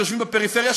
שיושבים בפריפריה,